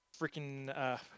freaking